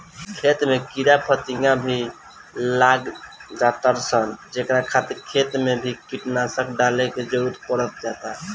खेत में कीड़ा फतिंगा भी लाग जातार सन जेकरा खातिर खेत मे भी कीटनाशक डाले के जरुरत पड़ जाता